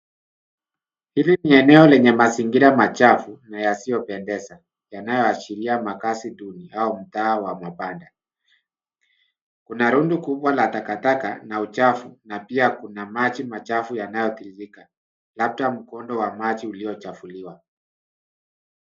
Hili ni eneo lenye mazingira machafu na yasiyo pendeza, yanayoashiria makazi duni au mtaa wa mabanda. Kuna rundo kubwa la takataka na uchafu, na pia kuna maji machafu yanayotiririka, labda mkondo wa maji uliochafuliwa.